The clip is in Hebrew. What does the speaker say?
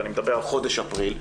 ואני מדבר על חודש אפריל,